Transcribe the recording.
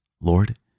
Lord